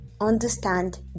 understand